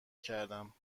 کردم